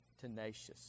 Tenacious